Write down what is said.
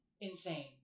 Insane